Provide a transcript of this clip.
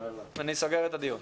אני סוגר את הדיון.